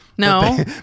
no